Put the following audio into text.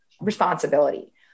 responsibility